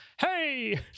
hey